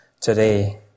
today